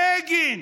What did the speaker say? בגין,